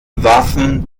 waffen